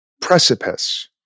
precipice